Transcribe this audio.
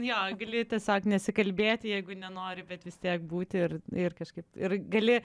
jo gali tiesiog nesikalbėti jeigu nenori bet vis tiek būti ir ir kažkaip ir gali